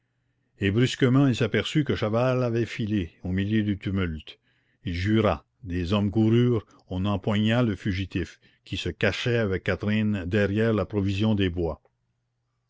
et brusquement il s'aperçut que chaval avait filé au milieu du tumulte il jura des hommes coururent on empoigna le fugitif qui se cachait avec catherine derrière la provision des bois